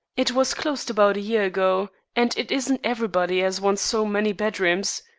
it was closed about a year ago, and it isn't everybody as wants so many bedrooms.